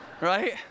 right